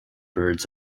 birds